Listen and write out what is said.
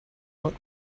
but